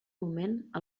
moment